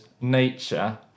nature